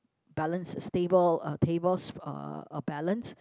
balance stable uh table uh balance